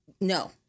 No